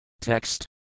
Text